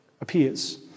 appears